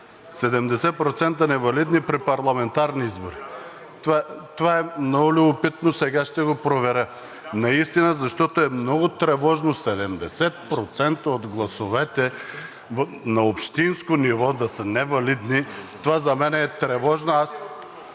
70% невалидни при парламентарни избори? Това е много любопитно. Сега ще го проверя наистина, защото е много тревожно 70% от гласовете на общинско ниво да са невалидни – това за мен е тревожно.